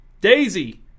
Daisy